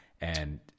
and-